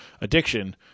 addiction